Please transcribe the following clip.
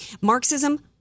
Marxism